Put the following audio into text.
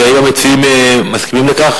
האם המציעים מסכימים לכך?